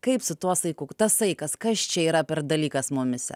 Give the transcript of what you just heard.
kaip su tuo saiku tas saikas kas čia yra per dalykas mumyse